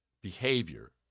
behavior